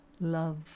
love